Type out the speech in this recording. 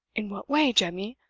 in what way, jemmy?